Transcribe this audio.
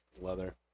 leather